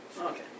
Okay